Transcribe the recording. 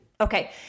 Okay